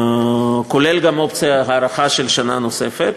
כולל גם האופציה של הארכה בשנה נוספת.